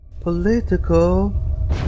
political